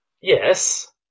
Yes